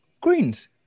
Greens